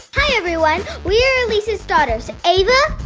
hi, everyone. we're elise's daughters, eva.